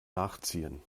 nachziehen